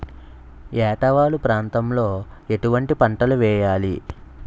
ఏటా వాలు ప్రాంతం లో ఎటువంటి పంటలు వేయాలి?